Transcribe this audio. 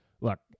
look